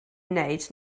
wneud